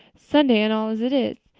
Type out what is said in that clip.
sunday and all as it is.